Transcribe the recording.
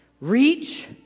Reach